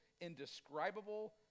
indescribable